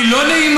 היא לא נעימה,